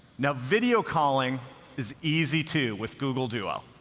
now, video calling is easy too with google duo.